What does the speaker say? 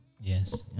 Yes